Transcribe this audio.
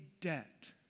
debt